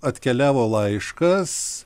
atkeliavo laiškas